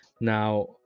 now